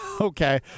okay